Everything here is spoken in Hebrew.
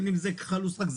ללא כחל ושרק,